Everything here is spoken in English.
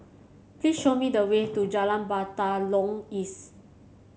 please show me the way to Jalan Batalong East